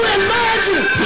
imagine